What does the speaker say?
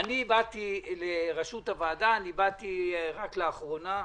באתי לראשות הוועדה רק לאחרונה,